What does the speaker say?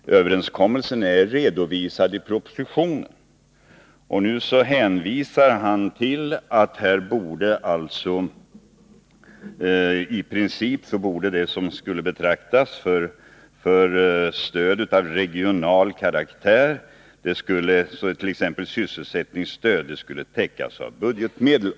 Nu hänvisar han till att parterna kommit överens om att det som betraktas som stöd av regional karaktär, t.ex. sysselsättningsstöd, i princip skall täckas av budgetmedel.